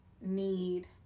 need